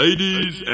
Ladies